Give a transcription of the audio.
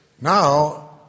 now